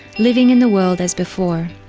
living in the world as before.